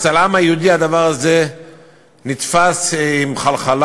אצל העם היהודי הדבר הזה נתפס בחלחלה.